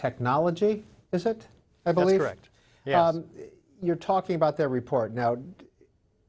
technology is that i believe right yeah you're talking about their report now did